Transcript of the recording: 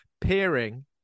peering